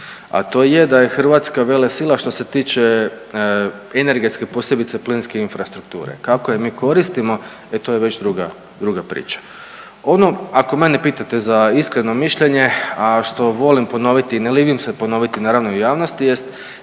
a to je da je Hrvatska velesila, što se tiče energetske, posebice plinske infrastrukture. Kako je mi koristimo, e to je već druga priča. Ono ako mene pitate za iskreno mišljenje, a što volim ponoviti i ne libim se ponoviti, naravno i u javnosti jest